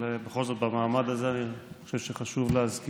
אבל בכל זאת במעמד הזה אני חושב שחשוב להזכיר.